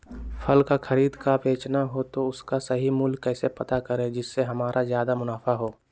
फल का खरीद का बेचना हो तो उसका सही मूल्य कैसे पता करें जिससे हमारा ज्याद मुनाफा हो?